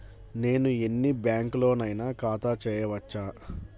నేను ఎన్ని బ్యాంకులలోనైనా ఖాతా చేయవచ్చా?